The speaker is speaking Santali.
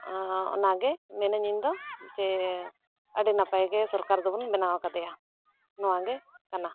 ᱚᱱᱟ ᱜᱮ ᱢᱤᱱᱟᱹᱧ ᱫᱚ ᱡᱮ ᱟᱹᱰᱤ ᱱᱟᱯᱟᱭ ᱜᱮ ᱥᱚᱨᱠᱟᱨ ᱫᱚᱵᱚᱱ ᱵᱮᱱᱟᱣ ᱟᱠᱟᱫᱮᱭᱟ ᱱᱚᱣᱟ ᱜᱮ ᱠᱟᱱᱟ